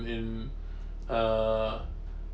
in uh